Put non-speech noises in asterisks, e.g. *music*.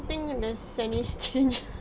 think there's any *laughs* change